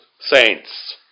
saints